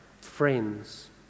friends